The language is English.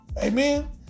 Amen